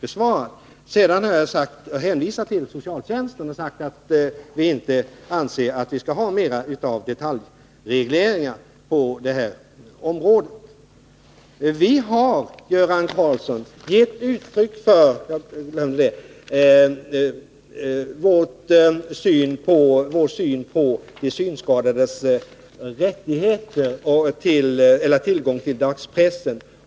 Vidare har jag hänvisat till socialtjänsten och sagt att vi inte anser att det skall finnas mer av detaljregleringar på det här området. Jag glömde att säga, Göran Karlsson, att vi har redogjort för hur vi ser på de synskadades rätt att ha tillgång till dagspressen.